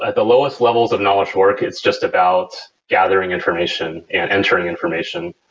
ah the lowest levels of knowledge work is just about gathering information and entering information.